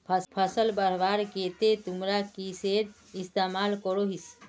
फसल बढ़वार केते तुमरा किसेर इस्तेमाल करोहिस?